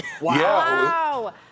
Wow